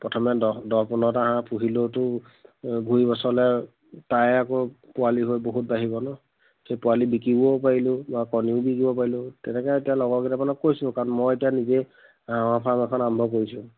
প্ৰথমে দহ দহ পোন্ধৰটা হাঁহ পুহিলোওতো অঁ দুই বছৰলৈ তাই আকৌ পোৱালি হৈ বহুত বাঢ়িব ন সেই পোৱালি বিকিবও পাৰিলোঁ বা কণীও বিকিব পাৰিলোঁ তেনেকে এতিয়া লগৰকেইটা মানে কৈছোঁ কাৰণ মই এতিয়া নিজে হাঁহৰ ফাৰ্ম এখন আৰম্ভ কৰিছোঁ